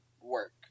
work